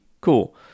Cool